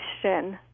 question